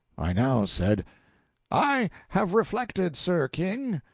i now said i have reflected, sir king.